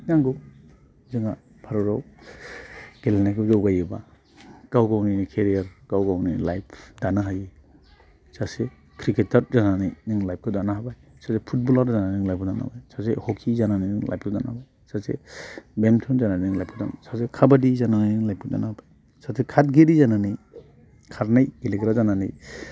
नांगौ जोंहा भारतआव गेलेनायखौ जौगायोबा गाव गावनि केरियार गाव गावनि लाइफ दानो हायो सासे क्रिकेटार जानानै नों लाइफखौ दानो हाबाय सासे फुटबलार जानानै नों लाइफखौ दानो हाबाय सासे हकि जानानै नों लाइफखौ दानो हाबाय सासे बेडमिन्टन जानानै नों लाइफखौ दानो हाबाय सासे काबादि जानानै नों लाइफखौ दानो हाबाय सासे खारगिरि जानानै खारनाय गेलेग्रा जानानै